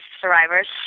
survivors